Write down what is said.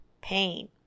pain